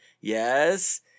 Yes